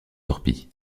torpilles